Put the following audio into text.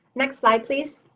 next slide please.